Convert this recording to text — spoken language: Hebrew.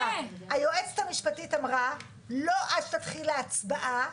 היועצת המשפטית אמרה לא עד שתתחיל ההצבעה,